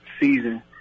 season